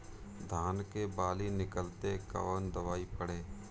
धान के बाली निकलते के कवन दवाई पढ़े?